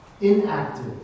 inactive